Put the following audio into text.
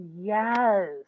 Yes